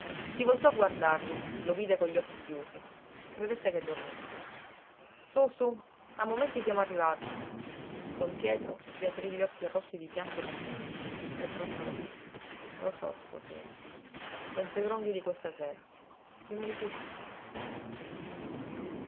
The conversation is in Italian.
si voltò a guardarlo lo vide con gli occhi chiusi credette che dormisse su su a momenti siamo arrivati don pietro riaprí gli occhi rossi di pianto contenuto e brontolò lo so sposina penso ai gronghi di questa sera chi me li cucina